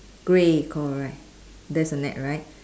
grey correct there's a net right